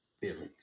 feelings